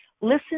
Listen